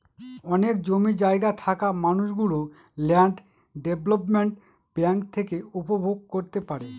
অনেক জমি জায়গা থাকা মানুষ গুলো ল্যান্ড ডেভেলপমেন্ট ব্যাঙ্ক থেকে উপভোগ করতে পারে